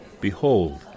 Behold